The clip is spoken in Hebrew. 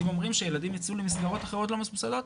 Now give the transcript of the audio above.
אם אומרים שילדים יצאו למסגרות אחרות לא מסובסדות,